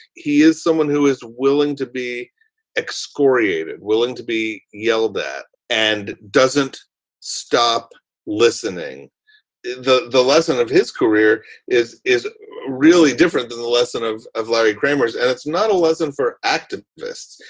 he is someone who is willing to be excoriated, willing to be yelled at and doesn't stop listening the the lesson of his career is is really different than the lesson of of larry kramer's. and it's not a lesson for acting.